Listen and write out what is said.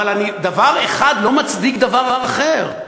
אבל דבר אחד לא מצדיק דבר אחר,